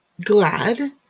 glad